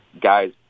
guys